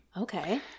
Okay